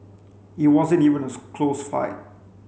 it wasn't even a close fight